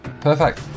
perfect